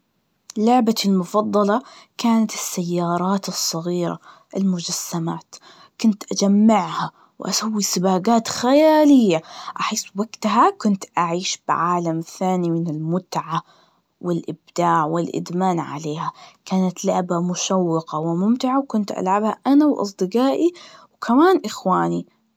لعبتي المفضلة, كانت السيارات الصغيرة المجسمات, كنت أجمعها وأسوي سباقات خيالية, أحس وقتها كنت أعيش بعالم ثاني من المتعة والإبداع والإدمان عليها, كانت لعبة مشوقة وممتعة, وكنت ألعبها أنا وأصدجائي, وكمان إخواني.